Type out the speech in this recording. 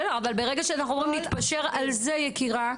בסדר, אבל ברגע שאנחנו אומרים נתפשר על זה יקירה,